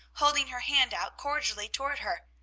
holding her hand out cordially toward her.